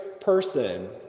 person